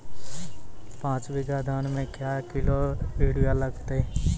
पाँच बीघा धान मे क्या किलो यूरिया लागते?